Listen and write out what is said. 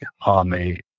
army